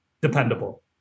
Dependable